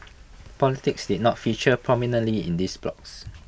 politics did not feature prominently in these blogs